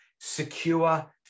secure